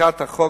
חקיקת החוק,